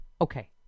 Okay